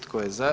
Tko je za?